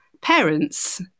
parents